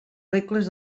regles